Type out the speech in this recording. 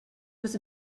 was